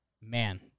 Man